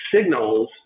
signals